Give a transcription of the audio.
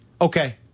okay